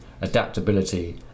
adaptability